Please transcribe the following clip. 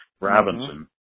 Robinson